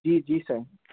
जी जी साईं